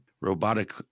robotic